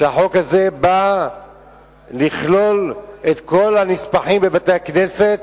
שהחוק הזה בא לכלול את כל הנספחים של בתי-הכנסת.